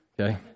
Okay